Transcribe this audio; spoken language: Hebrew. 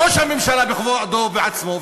ראש הממשלה בכבודו ובעצמו,